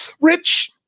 Rich